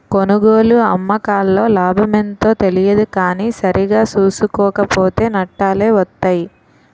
కొనుగోలు, అమ్మకాల్లో లాభమెంతో తెలియదు కానీ సరిగా సూసుకోక పోతో నట్టాలే వొత్తయ్